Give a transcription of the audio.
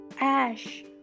ash